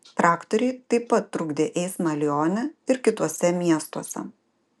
traktoriai taip pat trukdė eismą lione ir kituose miestuose